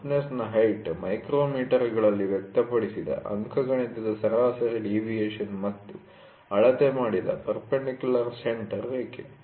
ರಫ್ನೆಸ್'ನ height ಮೈಕ್ರೊಮೀಟರ್ಗಳಲ್ಲಿ ವ್ಯಕ್ತಪಡಿಸಿದ ಅಂಕಗಣಿತದ ಸರಾಸರಿ ಡಿವಿಯೇಷನ್ ಮತ್ತು ಅಳತೆ ಮಾಡಿದ ಪರ್ಪೆಂಡಿಕ್ಯುಲಾರ್ ಸೆಂಟರ್ ರೇಖೆ